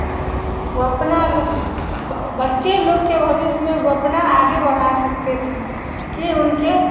वह अपना बच्चे लोग के भविष्य में वह अपना आगे बढ़ा सकते थे कि उनके